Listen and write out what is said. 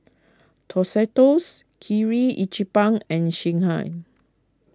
Tostitos Kirin Ichiban and Singha